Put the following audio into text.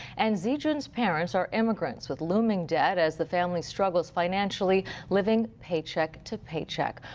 and zi jun's parents are immigrants with looming debt as the family struggles financially, living paycheck to paycheck.